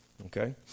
okay